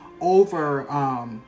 over